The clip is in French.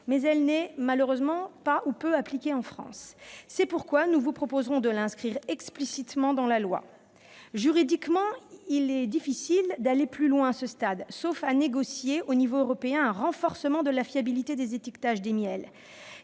mais elle n'est malheureusement pas ou peu appliquée en France. C'est pourquoi nous proposons de l'inscrire explicitement dans la loi. Juridiquement, il est difficile d'aller plus loin, sauf à négocier à l'échelon européen un renforcement de la fiabilité des étiquetages des miels.